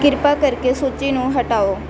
ਕਿਰਪਾ ਕਰਕੇ ਸੂਚੀ ਨੂੰ ਹਟਾਓ